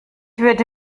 würde